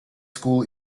school